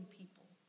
people